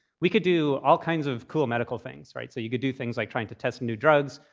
we could do all kinds of cool medical things, right? so you could do things like trying to test new drugs.